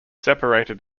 separated